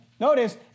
notice